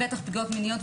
בטח פגיעות מיניות,